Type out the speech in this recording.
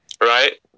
Right